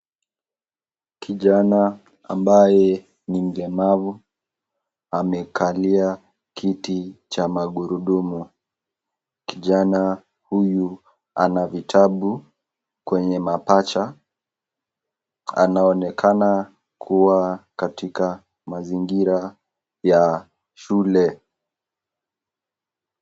Kijana ambaye ni mlemavu amekalia kiti cha magurudumu. Kijana huyu ana vitabu kwenye mapaja, anaonekana kua kwenye mazingira ya shule.